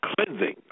cleansing